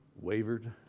wavered